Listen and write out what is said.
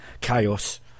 chaos